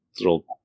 little